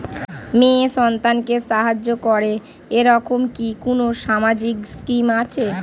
মেয়ে সন্তানকে সাহায্য করে এরকম কি কোনো সামাজিক স্কিম আছে?